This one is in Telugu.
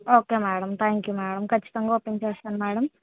okay madam thank you madam ఖచ్చితంగా ఓపెన్ చేస్తాను మేడం